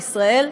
בישראל,